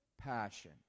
passion